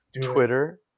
Twitter